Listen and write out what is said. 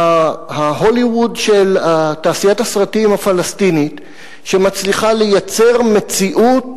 ההוליווד של תעשיית הסרטים הפלסטינית שמצליחה לייצר מציאות